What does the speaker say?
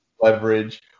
leverage